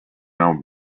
now